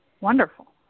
wonderful